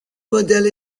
modèle